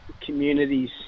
communities